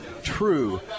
true